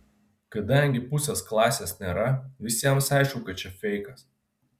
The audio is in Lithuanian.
kadangi pusės klasės nėra visiems aišku kad čia feikas